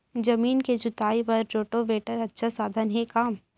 जमीन के जुताई बर रोटोवेटर अच्छा साधन हे का?